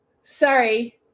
Sorry